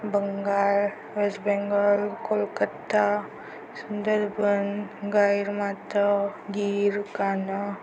बंगाल वेस्ट बेंगॉल कोलकत्ता सुंदरबन गाईरमात गीर कान्हा